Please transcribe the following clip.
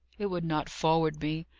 it would not forward me.